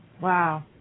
Wow